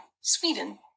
Sweden